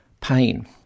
pain